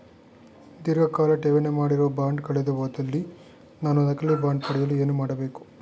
ಧೀರ್ಘಕಾಲ ಠೇವಣಿ ಮಾಡಿರುವ ಬಾಂಡ್ ಕಳೆದುಹೋದಲ್ಲಿ ನಾನು ನಕಲಿ ಬಾಂಡ್ ಪಡೆಯಲು ಏನು ಮಾಡಬೇಕು?